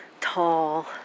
tall